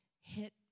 hit